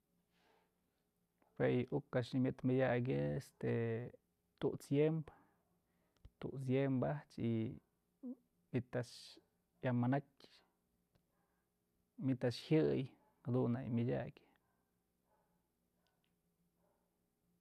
Juë yë uk a'ax nyëmëd mëdyakyë tut's yëmbë, tut's yëmbë a'ax y manytë a'ax yamanatyë manytë a'ax jyëy jadun nak yë myëdyak.